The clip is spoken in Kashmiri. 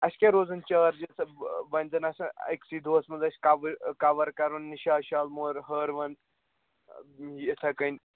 اَسہِ کیٛاہ روزَن چارجِز وۅنۍ زَن آسَن أکۍسٕے دۄہَس منٛز اَسہِ کَوَر کَرُن نِشاط شالہٕ مٲر ہٲروَن یِتھٕے کٔنی